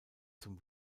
zum